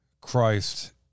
Christ